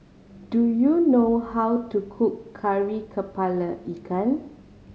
do you know how to cook Kari Kepala Ikan